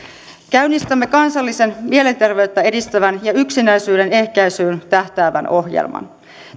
käynnistämme kansallisen mielenterveyttä edistävän ja yksinäisyyden ehkäisyyn tähtäävän ohjelman